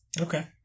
Okay